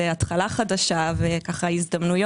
זאת התחלה חדשה והזדמנויות.